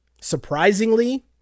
surprisingly